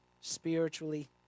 spiritually